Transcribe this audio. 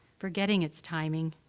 forgetting its timing,